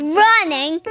running